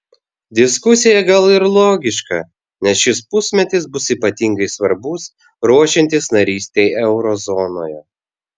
diskusija gal ir logiška nes šis pusmetis bus ypatingai svarbus ruošiantis narystei euro zonoje